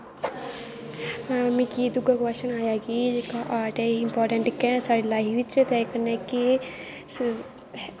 मिगी दुआ कवाशन आया कि जेह्ड़ा आर्ट ऐ एह् इंपार्टैंट कैं साढ़ी लाईफ च ते कन्नै केह्